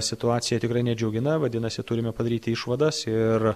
situacija tikrai nedžiugina vadinasi turime padaryti išvadas ir